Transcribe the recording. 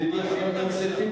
והוא מאשים את המשטרה,